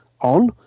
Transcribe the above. on